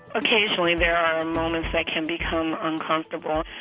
occasionally, there are moments that can become uncomfortable,